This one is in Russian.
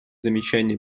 замечания